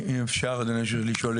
אם אפשר אדוני לשאול.